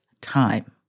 time